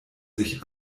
sich